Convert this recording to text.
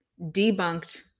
Debunked